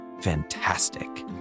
fantastic